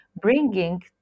bringing